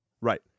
Right